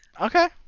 Okay